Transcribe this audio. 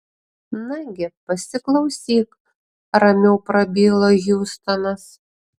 nagi pasiklausyk ramiau prabilo hjustonas